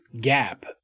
gap